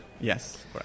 yes